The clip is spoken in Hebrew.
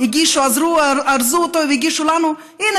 ארזו והגישו: הינה,